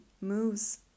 moves